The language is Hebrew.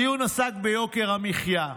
הדיון עסק ביוקר המחיה.